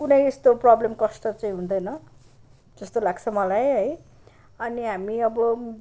कुनै यस्तो प्रबलम कष्ट चाहिँ हुँदैन जस्तो लाग्छ मलाई है अनि हामी अब